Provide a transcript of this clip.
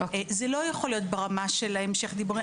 זה לא יכול להיות ברמה של המשך דיבורים.